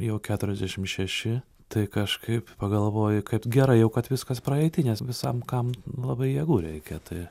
jau keturiasdešim šeši tai kažkaip pagalvoji kad gerai kad jau viskas praeity nes visam kam labai jėgų reikia tai